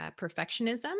perfectionism